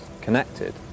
connected